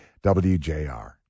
WJR